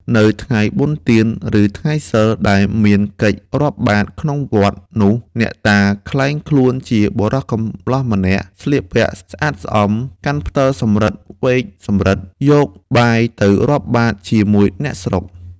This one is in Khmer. នៅថ្ងៃបុណ្យទាន ឬថ្ងៃសីល ដែលមានកិច្ចរាប់បាត្រក្នុងវត្តនោះ អ្នកតាក្លែងខ្លួនជាបុរសកំលោះម្នាក់ ស្លៀកពាក់ស្អាតស្អំ កាន់ផ្ដិលសំរឹទ្ធិវែកសំរឹទ្ធិ យកបាយទៅរាប់បាត្រជាមួយអ្នកស្រុក ។